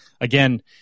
again